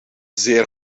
zeer